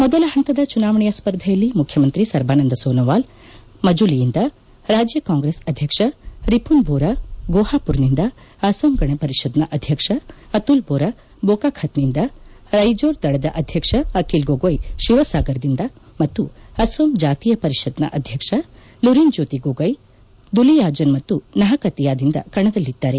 ಮೊದಲ ಹಂತದ ಚುನಾವಣೆಯ ಸ್ವರ್ಧೆಯಲ್ಲಿ ಮುಖ್ಯಮಂತ್ರಿ ಸರ್ಬಾನಂದ ಸೋನೋವಾಲ್ ಮಜುಲಿಯಿಂದ ರಾಜ್ಯ ಕಾಂಗ್ರೆಸ್ ಅಧ್ಯಕ್ಷ ರಿಪುನ್ ಬೋರಾ ಗೋಹಾಪುರ್ನಿಂದ ಅಸ್ಫೋಂ ಗಣ ಪರಿಷದ್ನ ಅಧ್ಯಕ್ಷ ಅತುಲ್ ಬೋರಾ ಬೋಕಾಖತ್ನಿಂದ ರೈಜೋರ್ ದಳದ ಅಧ್ಯಕ್ಷ ಆಖಿಲ್ ಗೊಗೊಯ್ ಶಿವಸಾಗರ್ ದಿಂದ ಮತ್ತು ಅಸ್ಸೋಂ ಜಾತೀಯ ಪರಿಷದ್ನ ಅಧ್ಯಕ್ಷ ಲುರಿನ್ ಜ್ಯೋತಿ ಗೊಗೊಯ್ ದುಲಿಯಾಜನ್ ಮತ್ತು ನಹಕತಿಯಾದಿಂದ ಕಣದಲ್ಲಿದ್ದಾರೆ